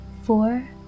four